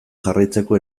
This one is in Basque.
jarraitzeko